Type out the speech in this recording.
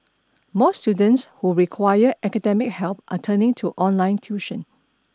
more students who require academic help are turning to online tuition